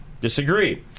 disagree